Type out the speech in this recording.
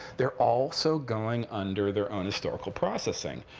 they're also going under their own historical processing,